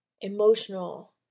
emotional